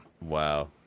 Wow